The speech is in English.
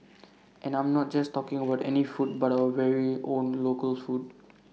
and I'm not just talking A word any food but our very own local food